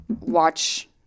watch